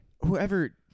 whoever